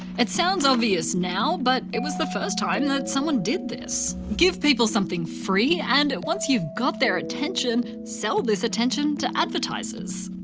it sounds obvious now, but it was the first time that someone did this give people something free, and once you've got their attention, sell this attention to advertisers.